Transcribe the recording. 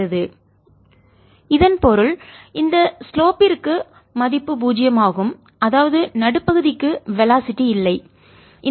Since yIyT yI∂tyT∂t 1v21v1yI∂t0 இதன் பொருள் இந்த ஸ்லோப்பிற்குசாய்வு மதிப்பு பூஜ்ஜியமாகும் அதாவது நடுப்பகுதிக்கு வெலாசிட்டி திசைவேகம் இல்லை